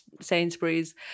Sainsbury's